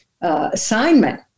assignment